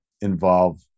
involve